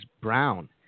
Brown